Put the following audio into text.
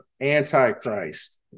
Antichrist